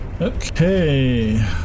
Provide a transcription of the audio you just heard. Okay